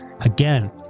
again